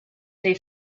they